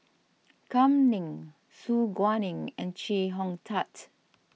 Kam Ning Su Guaning and Chee Hong Tat